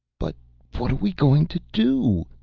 but what are we going to do?